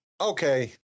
okay